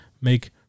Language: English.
make